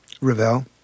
Ravel